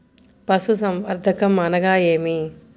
పశుసంవర్ధకం అనగా ఏమి?